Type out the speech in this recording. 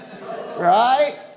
Right